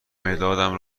مدادم